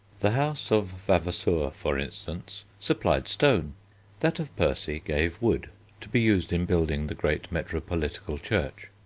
the house of vavasour, for instance, supplied stone that of percy gave wood to be used in building the great metropolitical church.